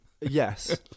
Yes